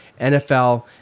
NFL